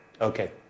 okay